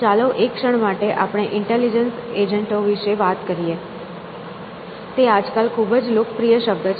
ચાલો એક ક્ષણ માટે આપણે ઇન્ટેલિજન્સ એજન્ટો વિશે વાત કરીએ તે આજકાલ ખૂબ જ લોકપ્રિય શબ્દ છે